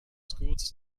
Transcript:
schools